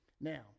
Now